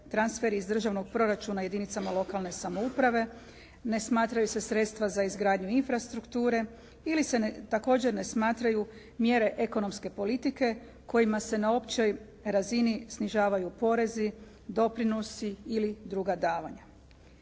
transferi iz državnog proračuna jedinicama lokalne samouprave, ne smatraju se sredstva za izgradnju infrastrukture, ili se također ne smatraju mjere ekonomske politike kojima se na općoj razini snižavaju porezi, doprinosi ili druga davanja.